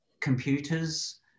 computers